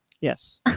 Yes